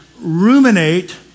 ruminate